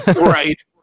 Right